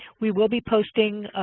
we will be posting